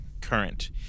current